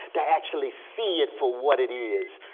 they actually see it for what it is.